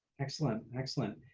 excellent, excellent.